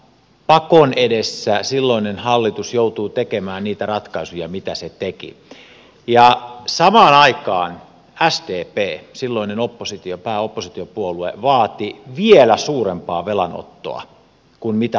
pakon edessä silloinen hallitus joutui tekemään niitä ratkaisuja joita se teki ja samaan aikaan sdp silloinen pääoppositiopuolue vaati vielä suurempaa velanottoa kuin mitä hallitus silloin teki